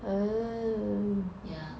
um yeah